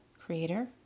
Creator